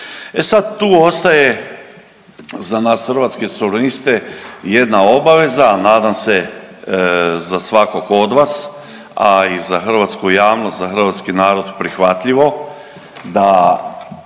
E sad tu ostaje za nas Hrvatske suvereniste jedna obaveza, a nadam se i za svakog od vas, a i za hrvatsku javnost, za hrvatski narod prihvatljivo da